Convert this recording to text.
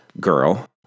girl